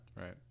Right